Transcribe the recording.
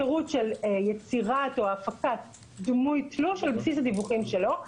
שירות של יצירת או הפקת דמוי תלוש על בסיס הדיווחים שלו,